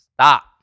stop